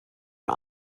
are